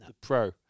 Pro